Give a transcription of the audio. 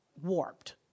warped